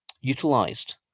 utilized